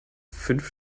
fünf